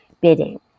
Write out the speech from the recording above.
bidding